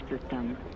system